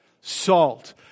Salt